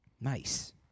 Nice